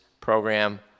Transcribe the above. program